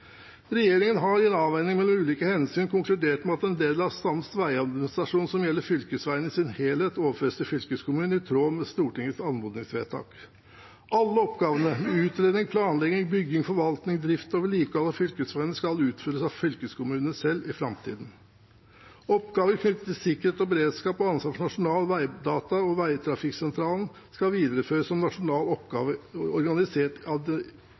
Regjeringen har, i en avveiing mellom ulike hensyn, konkludert med at den delen av sams veiadministrasjon som gjelder fylkesveiene i sin helhet, overføres til fylkeskommunene i tråd med Stortingets anmodningsvedtak. Alle oppgavene med utredning, planlegging, bygging, forvaltning, drift og vedlikehold av fylkesveiene skal utføres av fylkeskommunene selv i framtiden. Oppgaver knyttet til sikkerhet og beredskap og ansvar for Nasjonal vegdatabank og veitrafikksentralene skal videreføres som nasjonale oppgaver organisert